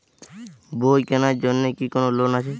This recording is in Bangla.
বই কেনার জন্য কি কোন লোন আছে?